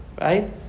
right